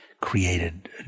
created